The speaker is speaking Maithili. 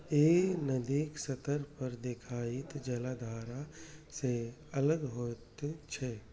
ई नदीक सतह पर देखाइत जलधारा सं अलग होइत छै